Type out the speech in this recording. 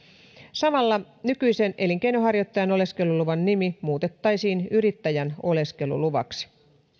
samalla nykyisen elinkeinonharjoittajan oleskeluluvan nimi muutettaisiin yrittäjän oleskeluluvaksi